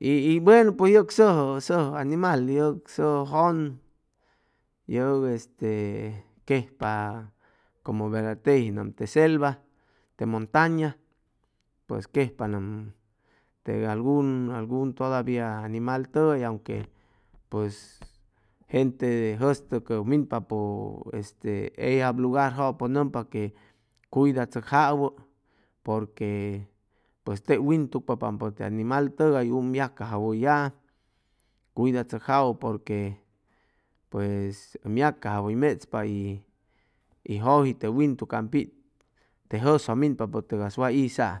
y y buenu pues yʉp sʉjʉ sʉjʉ animal yʉp sʉjʉ jʉn yʉp este quejpanam como tejinam te selva te montaña pues quejpanam teg algun algun todavia animal tʉgay aunque pues gente jʉstʉcʉk minpa este eyab lugarjapʉ nʉmpa que cuidachʉcjawʉ porquepues teg wintugpapʉ te animal tʉgay um yacajawʉyaam cuidachʉcjawʉ porque pues ʉm yacajawʉymechpa y y jʉji te wintucam pit te jʉsjʉ minpapʉ tʉgay way hizaam